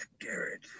Garrett